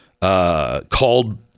called –